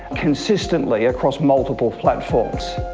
consistently across multiple platforms.